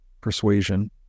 persuasion